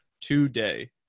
today